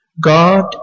God